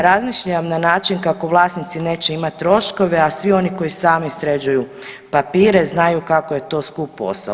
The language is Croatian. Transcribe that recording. Razmišljam na način kako vlasnici neće imati troškove, a svi oni koji sami sređuju papire znaju kako je to skup posao.